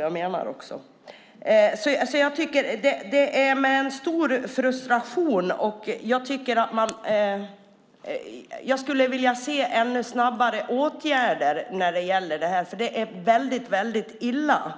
Jag känner stor frustration. Jag skulle vilja se ännu snabbare åtgärder när det gäller detta. Det är väldigt illa